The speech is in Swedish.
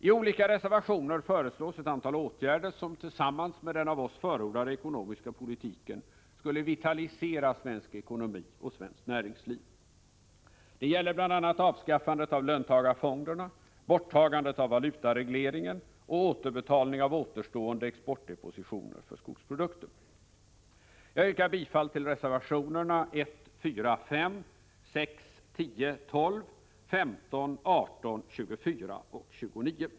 I olika reservationer föreslås ett antal åtgärder, som tillsammans med den av oss förordade ekonomiska politiken skulle vitalisera svensk ekonomi och svenskt näringsliv. Det gäller bl.a. avskaffandet av löntagarfonderna, borttagandet av valutaregleringen och återbetalning av återstående exportdepositioner för skogsprodukter. Jag yrkar bifall till reservationerna 1,4, 5, 6, 10, 12, 15, 18, 24 och 29.